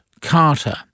Carter